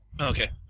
Okay